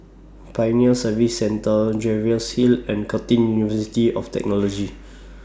Pioneer Service Centre Jervois Hill and Curtin University of Technology